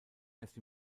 erst